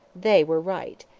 they were right.